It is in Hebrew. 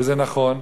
וזה נכון.